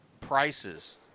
prices